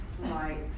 light